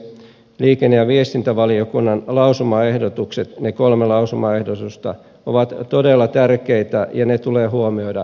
liikenne ja viestintävaliokunnan lausumaehdotukset ne kolme lausumaehdotusta ovat todella tärkeitä ja ne tulee huomioida jatkossa